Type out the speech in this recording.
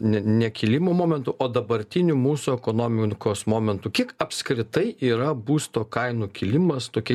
ne nekilimo momentu o dabartiniu mūsų ekonomikos momentu kiek apskritai yra būsto kainų kilimas tokie